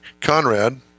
Conrad